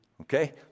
Okay